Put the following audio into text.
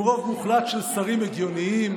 עם רוב מוחלט של שרים הגיוניים,